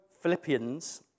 Philippians